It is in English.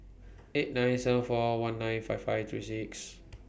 eight nine seven four one nine five five three six